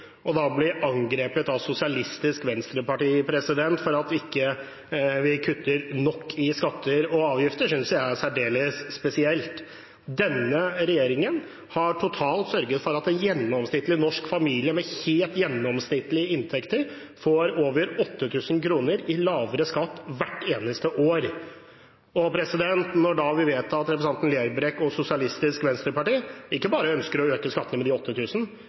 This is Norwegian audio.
angrepet av Sosialistisk Venstreparti for at vi ikke kutter nok i skatter og avgifter synes jeg er særdeles spesielt. Denne regjeringen har sørget for at en gjennomsnittlig norsk familie med helt gjennomsnittlige inntekter får over 8 000 kr i lavere skatt hvert eneste år. Vi vet at representanten Lerbrekk og Sosialistisk Venstreparti ikke bare ønsker å øke skattene med de